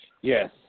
Yes